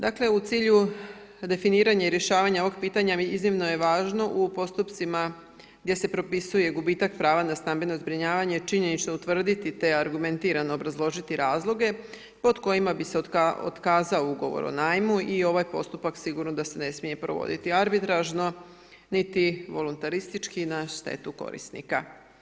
Dakle, u cilju definiranja i rješavanja ovog pitanja iznimno je važno u postupcima gdje se propisuje gubitak prava na stambeno zbrinjavanje činjenično utvrditi te argumentirano obrazložiti razloge pod kojima bi se otkazao ugovor o najmu i ovaj postupak sigurno da se ne smije provoditi arbitražno niti volontaristički na štetu korisnika.